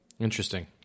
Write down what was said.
Interesting